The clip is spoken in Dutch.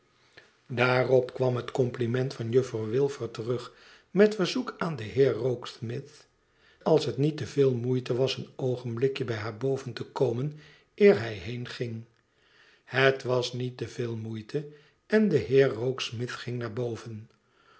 daarop kwam het compliment van juffrouw wilfer terug met verzoek aan den heer rokesmith als het niet te veel moeite was een oogenblikje bij haar boven te komen eer hij heenging het was niet te veel moeite en de heer rokesmith ging naar boven